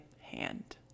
hand